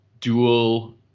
dual